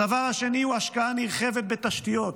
הדבר השני הוא השקעה נרחבת בתשתיות,